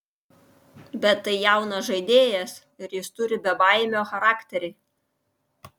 bet tai jaunas žaidėjas ir jis turi bebaimio charakterį